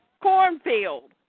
cornfield